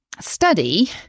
study